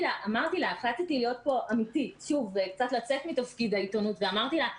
החלטתי להיות פה אמיתית וקצת לצאת מתפקיד העיתונות ואמרתי לה,